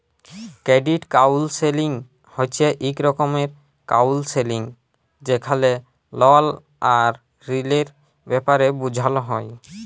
credit counselling হছে ইক রকমের কাউল্সেলিং যেখালে লল আর ঋলের ব্যাপারে বুঝাল হ্যয়